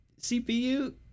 CPU